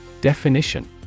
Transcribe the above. Definition